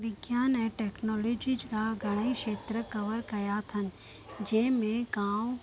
विज्ञान ऐं टैक्नोलॉजी जा घणेई खेत्रु कवर कया अथनि जंहिं में गांव